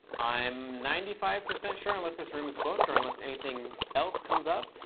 i'm ninety five percent sure, unless this room is booked, or unless anything else comes up,